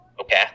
Okay